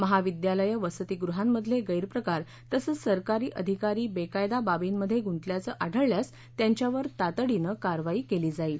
महाविद्यालयं वसतिगृहांमधले गैरप्रकार यांवर तसंच सरकारी अधिकारी बेकायदा बाबींमध्ये गुतल्याचं आढळल्यास त्यांच्यावर तातडीनं कारवाई केली जाईल